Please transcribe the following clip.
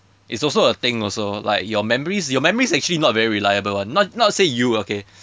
it's also a thing also like your memories your memories actually not very reliable [one] not not say you okay